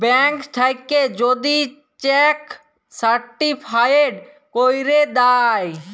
bank থ্যাইকে যদি cheque certified ক্যইরে দ্যায়